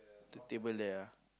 the table there ah